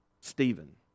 Stephen